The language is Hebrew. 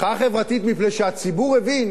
מחאה חברתית, מפני שהציבור הבין